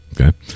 okay